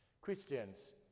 Christians